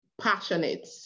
passionate